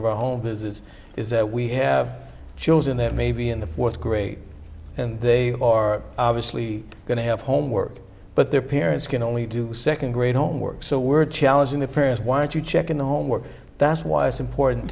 of our home visits is that we have children that may be in the fourth grade and they are obviously going to have homework but their parents can only do second grade homework so we're challenging the parents want you check in the homework that's why it's important